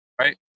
right